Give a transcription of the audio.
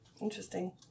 interesting